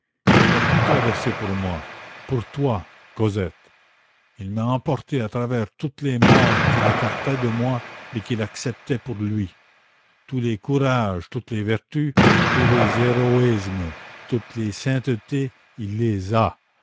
il a tout traversé pour moi pour toi cosette il m'a emporté à travers toutes les morts qu'il écartait de moi et qu'il acceptait pour lui tous les courages toutes les vertus tous les héroïsmes toutes les saintetés il les a